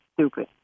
stupid